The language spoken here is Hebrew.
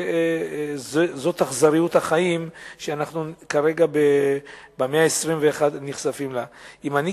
וזאת אכזריות החיים כרגע במאה ה-21 שאנחנו נחשפים אליה.